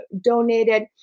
donated